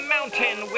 Mountain